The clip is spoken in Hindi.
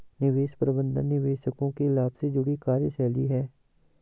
निवेश प्रबंधन निवेशकों के लाभ से जुड़ी कार्यशैली है